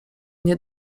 nie